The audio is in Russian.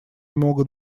могут